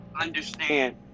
understand